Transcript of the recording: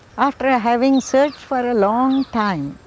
after ah having searched for a long time,